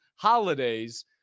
holidays